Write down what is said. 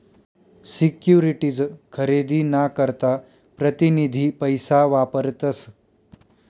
securities खरेदी ना करता प्रतीनिधी पैसा वापरतस